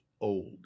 old